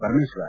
Parameshwar